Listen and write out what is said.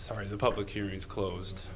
sorry the public hearings closed